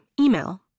Email